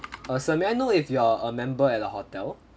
uh sir may I know if you are a member at our hotel